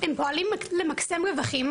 הם פועלים למקסם רווחים,